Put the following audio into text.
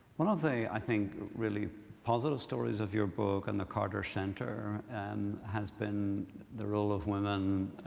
one of the, i think, really positive stories of your book and the carter center has been the role of women,